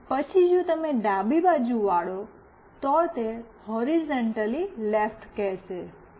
અને પછી જો તમે ડાબી બાજુ વળો તો તે હૉરિઝૉન્ટલી લેફ્ટ કહેશે